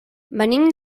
venim